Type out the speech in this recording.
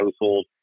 household